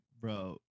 bro